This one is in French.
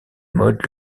mode